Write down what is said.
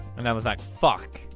and i was like fuck.